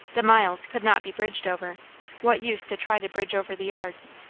the miles could not be bridged over what use to try to bridge over the yards?